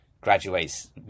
graduates